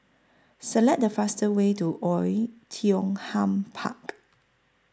Select The fastest Way to Oei Tiong Ham Park